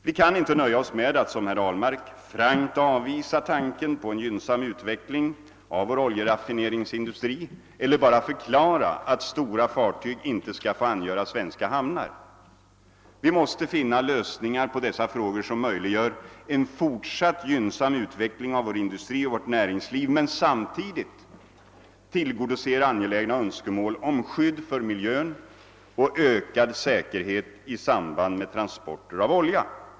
Vi kan inte nöja oss med att som herr Ahlmark frankt avvisa tanken på en gynnsam utveckling av vår oljeraffine ringsindustri eller bara förklara att stora fartyg inte skall få angöra svenska hamnar. Vi måste finna lösningar på dessa frågor, som möjliggör en fortsatt gynnsam utveckling av vår industri och vårt näringsliv men samtidigt tillgodoser angelägna önskemål om skydd för miljön och ökad säkerhet i samband med transporter av olja.